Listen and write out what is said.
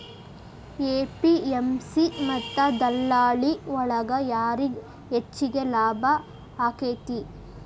APMC ಮತ್ತ ದಲ್ಲಾಳಿ ಒಳಗ ಯಾರಿಗ್ ಹೆಚ್ಚಿಗೆ ಲಾಭ ಆಕೆತ್ತಿ?